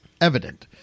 evident